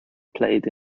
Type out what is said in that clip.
played